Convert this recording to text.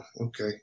okay